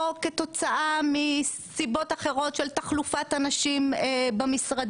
או כתוצאה מסיבות אחרות כמו תחלופה של אנשים במשרדים,